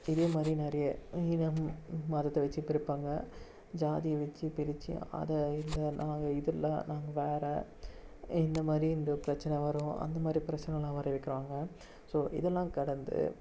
இதே மாதிரி நிறைய இனம் மதத்தை வெச்சு பிரிப்பாங்க ஜாதியை வெச்சு பிரிச்சு அதை இதை நாங்கள் இதெல்லா நாங்கள் வேறு இந்த மாதிரி இந்த பிரச்சின வரும் அந்த மாரி பிரச்சினலாம் வர வைக்கிறாங்க ஸோ இதெல்லாம் கடந்து